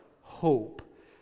Hope